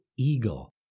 eagle